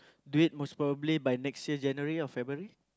do it most probably by next year January or February